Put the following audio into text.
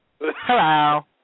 Hello